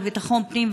לביטחון הפנים,